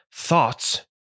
thoughts